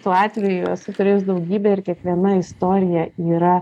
tuo atveju jisai turės daugybę ir kiekviena istorija yra